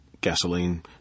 gasoline